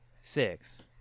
Six